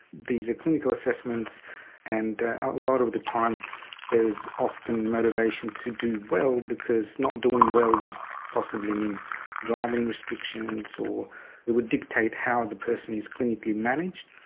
these are clinical assessments and a lot of the time there's often motivation to do well because not doing well would possibly mean driving restrictions or it would dictate how the person is clinically managed.